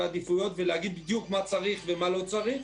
העדיפויות ולהגיד בדיוק מה צריך ומה לא צריך,